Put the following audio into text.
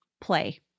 play